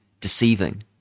deceiving